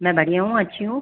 मैं बढ़िया हूँ अच्छी हूँ